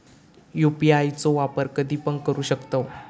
UPI चो वापर कधीपण करू शकतव?